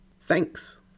Thanks